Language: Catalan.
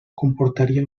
comportaria